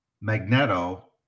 magneto